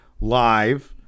live